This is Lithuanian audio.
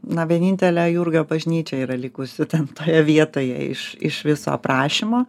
na vienintelė jurgio bažnyčia yra likusi ten toje vietoje iš iš viso aprašymo